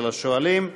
ולשואלים.